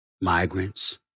Migrants